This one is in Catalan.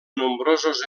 nombrosos